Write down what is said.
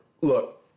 look